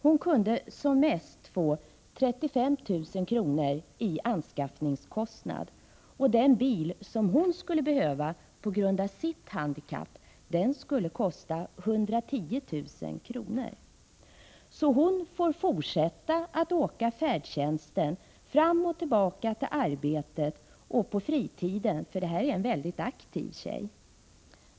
Hon kunde som mest få 35 000 kr. i anskaffningskostnad, och den bil som hon skulle behöva på grund av sitt handikapp skulle kosta 110 000 kr. Hon får alltså fortsätta att åka färdtjänsten från och till arbetet och på fritiden — det är en mycket aktiv tjej.